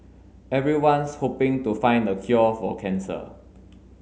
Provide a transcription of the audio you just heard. everyone's hoping to find the cure for cancer